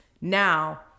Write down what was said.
Now